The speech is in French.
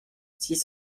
six